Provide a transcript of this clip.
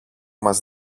μας